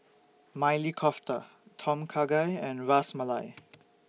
Maili Kofta Tom Kha Gai and Ras Malai